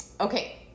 Okay